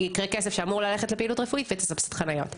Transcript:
שכסף שאמור ללכת לפעילות רפואית ילך לחניות.